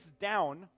down